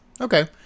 Okay